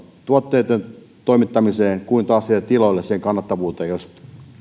tuotteitten toimittamiseen kuin myös niille tiloille tuotannon kannattavuuteen jos